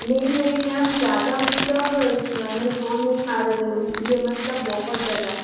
नहीं नहीं मैम ज़्यादा मतलब मैं सो नहीं पा रही हूँ इसी लिए मतलब बहुत ज़्यादा